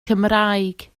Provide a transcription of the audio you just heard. cymraeg